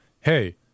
Hey